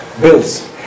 bills